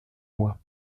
moi